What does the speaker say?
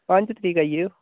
पंज तरीक आई जाएयो